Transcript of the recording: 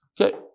Okay